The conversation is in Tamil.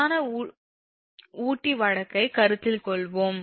பிரதான ஊட்டி வழக்கை கருத்தில் கொள்வோம்